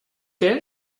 que